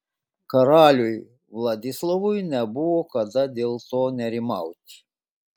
karaliui vladislovui nebuvo kada dėl to nerimauti